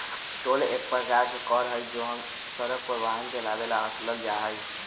toll एक प्रकार के कर हई जो हम सड़क पर वाहन चलावे ला वसूलल जाहई